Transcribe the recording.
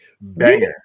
Banger